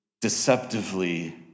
deceptively